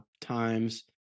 times